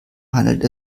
handelt